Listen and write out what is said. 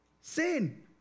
sin